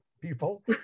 people